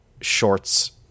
shorts